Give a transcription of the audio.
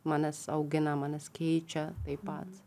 manęs augina manęs keičia taip pat